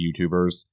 youtubers